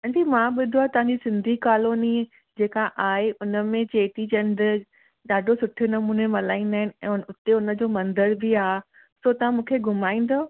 aunty मां ॿुधो आहे तव्हां जी सिंधी कॉलोनी जेका आहे उन में चेटीचंडु ॾाढो नमूने मल्हाईंदा आहिनि हुते हुननि जो मंदर बि आहे पोइ तव्हां मूंखे घुमाईंदव